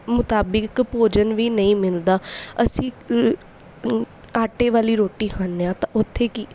ਮੁਤਾਬਿਕ ਭੋਜਨ ਵੀ ਨਹੀਂ ਮਿਲਦਾ ਅਸੀਂ ਆਟੇ ਵਾਲੀ ਰੋਟੀ ਖਾਂਦੇ ਹਾਂ ਤਾਂ ਉੱਥੇ ਕੀ